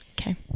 okay